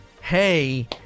Hey